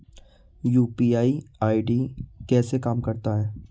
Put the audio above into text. UPI ID कैसे काम करता है?